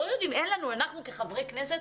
אנחנו כחברי כנסת,